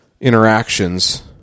interactions